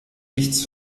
nichts